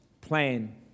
plan